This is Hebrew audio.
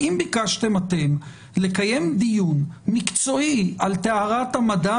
האם ביקשתם אתם לקיים דיון מקצועי על טהרת המדע